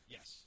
Yes